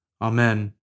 Amen